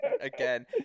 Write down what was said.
again